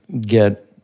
get